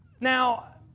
Now